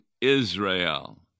Israel